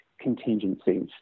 contingencies